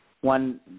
one